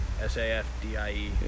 S-A-F-D-I-E